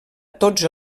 tots